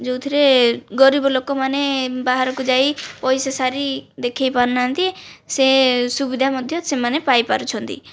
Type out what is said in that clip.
ଯେଉଁଥିରେ ଗରିବ ଲୋକମାନେ ବାହାରକୁ ଯାଇ ପଇସା ସାରି ଦେଖାଇ ପାରୁନାହାନ୍ତି ସେ ସୁବିଧା ମଧ୍ୟ ସେମାନେ ପାଇପାରୁଛନ୍ତି